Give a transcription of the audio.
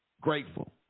Grateful